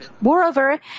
Moreover